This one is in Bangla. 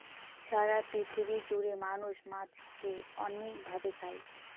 সারা পৃথিবী জুড়ে মানুষ মাছকে অনেক ভাবে খায়